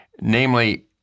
Namely